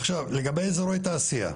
עכשיו לגבי אזורי תעשייה,